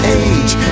age